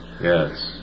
Yes